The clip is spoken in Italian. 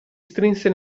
strinse